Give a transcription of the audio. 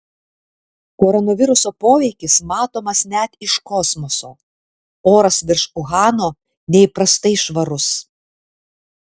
koronaviruso poveikis matomas net iš kosmoso oras virš uhano neįprastai švarus